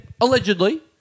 Allegedly